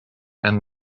and